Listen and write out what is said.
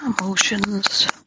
emotions